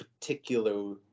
particular